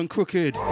Crooked